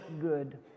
good